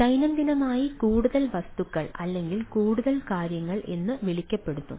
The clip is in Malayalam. അതിനാൽ ദൈനംദിനമായി കൂടുതൽ വസ്തുക്കൾ അല്ലെങ്കിൽ കൂടുതൽ കാര്യങ്ങൾ എന്ന് വിളിക്കപ്പെടുന്നു